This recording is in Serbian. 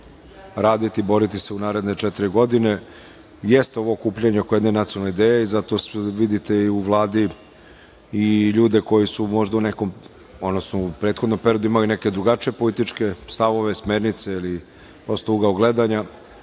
raditi i boriti se u naredne četiri godine. Jeste ovo okupljanje oko jedne nacionalne ideje i zato vidite i u Vladi i ljude koji su možda u nekom, odnosno u prethodnom periodu imali neke drugačije političke stavove, smernice ili prosto ugao gledanja. Danas